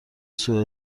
سوء